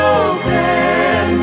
open